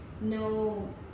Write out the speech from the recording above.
no